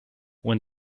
when